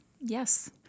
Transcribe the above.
Yes